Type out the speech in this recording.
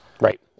Right